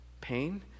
pain